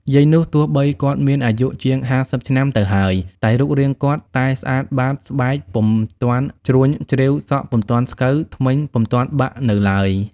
យាយនោះទោះបីគាត់មានអាយុជាង ៥០ ឆ្នាំទៅហើយ តែរូបរាងគាត់តែស្អាតបាតស្បែកពុំទាន់ជ្រួញជ្រីវ សក់ពុំទាន់ស្កូវ ធ្មេញពុំទាន់បាក់នៅឡើយ ។